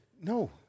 No